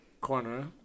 corner